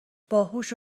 باهوشو